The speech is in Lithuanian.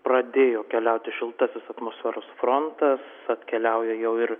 pradėjo keliauti šiltasis atmosferos frontas atkeliauja jau ir